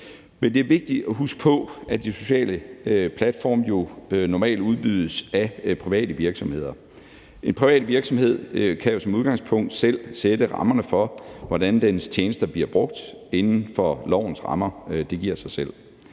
Men det er vigtigt at huske på, at de sociale platforme jo normalt udbydes af private virksomheder. En privat virksomhed kan som udgangspunkt selv sætte rammerne for, hvordan dens tjenester bliver brugt inden for lovens rammer. Det giver sig selv.